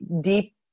deep